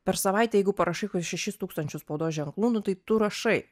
per savaitę jeigu parašai kokius šešis tūkstančius spaudos ženklų nu tai tu rašai